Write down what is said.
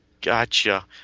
Gotcha